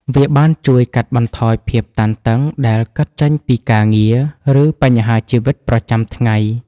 វាបានជួយកាត់បន្ថយភាពតានតឹងដែលកើតចេញពីការងារ ឬបញ្ហាជីវិតប្រចាំថ្ងៃ។